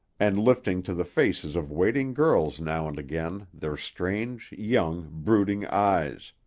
and lifting to the faces of waiting girls now and again their strange, young, brooding eyes,